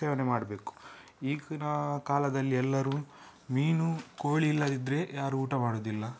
ಸೇವನೆ ಮಾಡಬೇಕು ಈಗಿನ ಕಾಲದಲ್ಲಿ ಎಲ್ಲರು ಮೀನು ಕೋಳಿ ಇಲ್ಲದಿದ್ದರೆ ಯಾರು ಊಟ ಮಾಡೋದಿಲ್ಲ